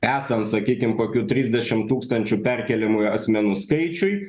esant sakykim kokių trisdešim tūkstančių perkėlimųjų asmenų skaičiui